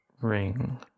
Ring